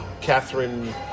Catherine